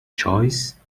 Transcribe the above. choice